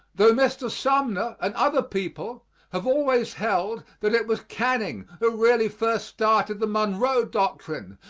tho mr. sumner and other people have always held that it was canning who really first started the monroe doctrine,